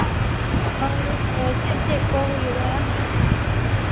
ᱦᱳᱭ ᱪᱮᱫ ᱪᱮᱫ ᱠᱚ ᱦᱩᱭᱩᱜᱼᱟ